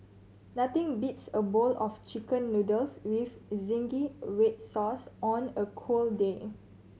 nothing beats a bowl of Chicken Noodles with zingy red sauce on a cold day